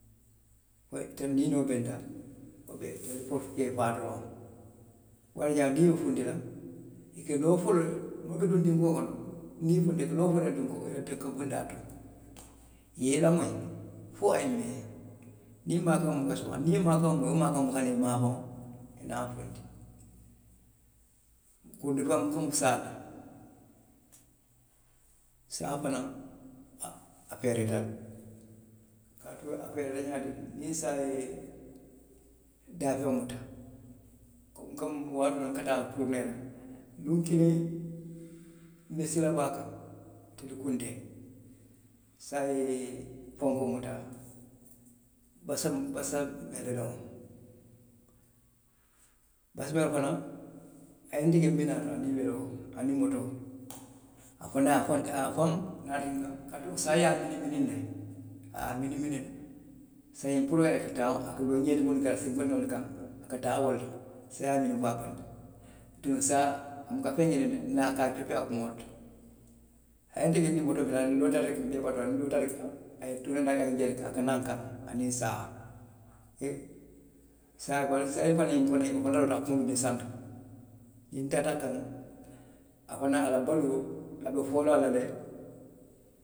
Ntelu niŋ i niŋ wo benta. wolu de, fo ka i faa doroŋ. Wo le ye a tinna niŋ i be funti la. i ka loo folo, muŋ ka duŋ dinkoo kono, niŋ i funtita i ka loo folo le i la dinkoo kono, i dinka bundaa la, i ye i lamoyi, fo a ye mee. niŋ i ye maakaŋo moyi, suwati niŋ wo maakaŋo buka naa i maafaŋo i ye naa funti. kuruntulaa muŋ mi saa ti, saa fanaŋ. a, a feereeta le. A feereeta ňaadii le? Niŋ saa le ye daafeŋo muta. komi, waatoo miŋ nka taa turinee la, luŋ kiliŋ. nbe sila baa kaŋ. tili kuntee. saa ye fenkoo muta basa, basa meleleŋo, a ye nte je bi naa to aniŋ weloo. aniŋ motoo. afanaŋ, a ye a faŋ naati nkaŋ kaatu saa ye a miniŋ miniŋ nteŋ. a ye a miniŋ miniŋ, saayiŋ puru a ye taama, a ňeedi mulunketa siŋ kondiŋolu te taa noo la, a ka taa wo le la; saa ňiŋ be a bala, bituŋ saa, a buka feŋ ňiniŋ de, a ka a copi a kuŋo to. A ye je nniŋ motoo bi naa reki, nloota rekia turineeta nkaŋ, njeleta. a naa nkaŋ aniŋ saa? E saa a kuŋo be santo. ntaata a kaŋ, a fanaŋ a la baluo. a be foo la a la le.